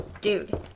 Dude